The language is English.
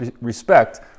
respect